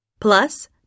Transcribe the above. Plus